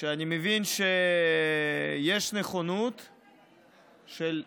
שאני מבין שיש נכונות של,